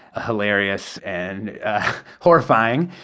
hilarious and horrifying.